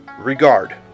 Regard